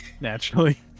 Naturally